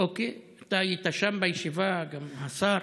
אוקיי, אתה היית שם בישיבה, גם השר.